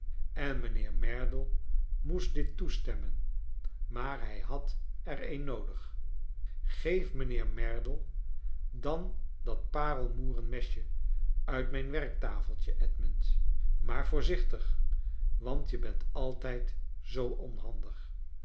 en mijnheer merdle moest dit toestemmen maar hij had er een noodig geef mijnheer merdle dan dat paarlmoeren mesje uit mijn werktafeltje edmund maar voorzichtig want je bent altijd zoo onhandig